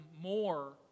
more